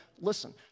listen